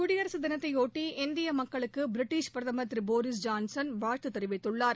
குடியரசு தினத்தைபொட்டி இந்திய மக்களுக்கு பிரிட்டிஷ் பிரதமர் திரு போரீஸ் ஜான்சன் வாழ்த்து தெரிவித்துள்ளார்